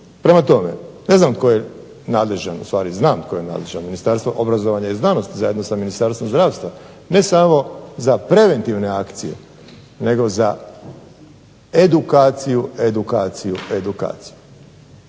Prema tome, ne znam tko je nadležan ustvari znam tko je nadležan Ministarstvo obrazovanja i znanosti zajedno sa Ministarstvom zdravstva, ne samo za preventivne akcije nego za edukaciju, edukaciju, edukaciju.